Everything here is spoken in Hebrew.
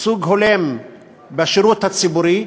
ייצוג הולם בשירות הציבורי.